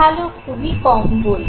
ভালো খুব কমই বলবে